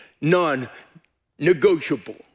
non-negotiable